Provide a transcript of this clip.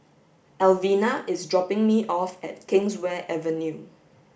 Elvina is dropping me off at Kingswear Avenue